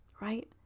right